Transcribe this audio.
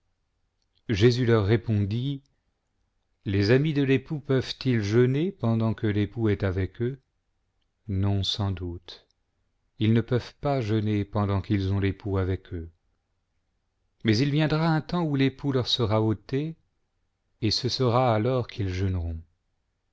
jésus leur répondit les amis de l'époux peuvent ils jeûner pendant que l'époux est avec eux non sans cloute j ils ne peuvent pas jeûner pendant qu'us ont l'époux avec eux mais il viendra un temps où l'époux leur sera ôté et ce sera alors qu'ils